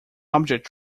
object